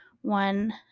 one